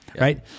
right